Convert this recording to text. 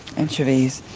anchovies,